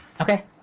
Okay